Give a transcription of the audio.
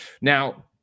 Now